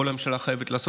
כל הממשלה חייבת לעשות.